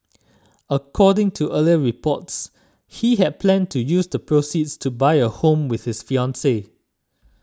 according to earlier reports he had planned to use the proceeds to buy a home with his fiancee